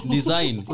Design